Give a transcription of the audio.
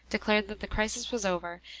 declared that the crisis was over,